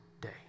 day